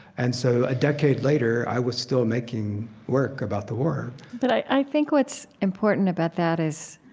and so, a decade later, i was still making work about the war but i think what's important about that is,